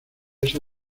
esa